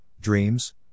Dreams